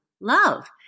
love